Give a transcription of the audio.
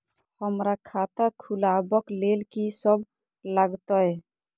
हमरा खाता खुलाबक लेल की सब लागतै?